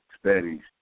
studies